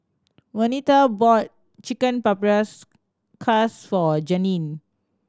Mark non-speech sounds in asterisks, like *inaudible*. Venita bought Chicken *unintelligible* for Janeen